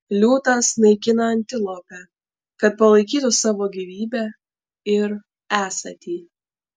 liūtas naikina antilopę kad palaikytų savo gyvybę ir esatį